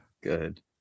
Good